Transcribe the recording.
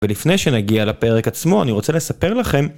ולפני שנגיע לפרק עצמו אני רוצה לספר לכם